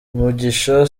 mugisha